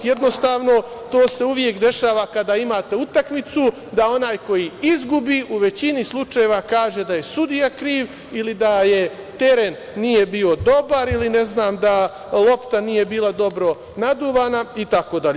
Jednostavno, to se uvek dešava kada imate utakmicu da onaj koji izgubi u većini slučajeva kaže da je sudija kriv ili da teren nije bio dobar, ili ne znam da lopta nije bila dobro naduvana, itd.